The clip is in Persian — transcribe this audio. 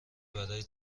برای